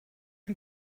and